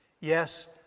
Yes